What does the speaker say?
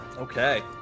Okay